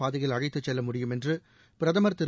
பாதையில் அழைத்துச் செல்ல முடியும் என்று பிரதமர் திரு